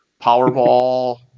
Powerball